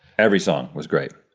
every song was great.